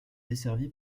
desservie